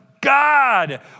God